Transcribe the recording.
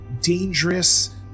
dangerous